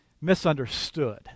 misunderstood